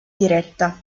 diretta